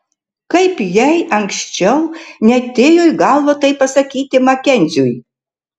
kaip jai anksčiau neatėjo į galvą tai pasakyti makenziui